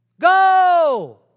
Go